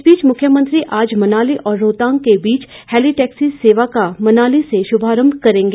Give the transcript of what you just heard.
इस बीच मुख्यमंत्री आज मनाली और रोहतांग के बीच हेली टैक्सी सेवा का मनाली से शुभारंभ करेंगे